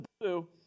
blue